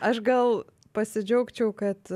aš gal pasidžiaugčiau kad